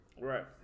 Right